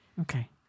Okay